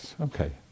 Okay